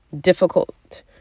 difficult